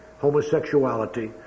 homosexuality